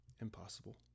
impossible